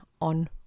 on